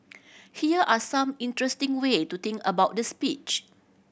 here are some interesting way to think about the speech